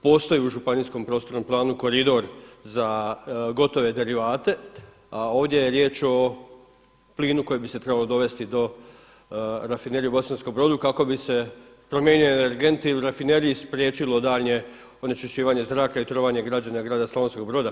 Postoji u županijskom prostornom planu koridor za gotove derivate, a ovdje je riječ o plinu koji bi se trebao dovesti do Rafinerije u Bosanskom Brodu kako bi se promijenjeni energenti u Rafineriji spriječilo daljnje onečišćivanje zraka i trovanje grada Slavonskog Broda.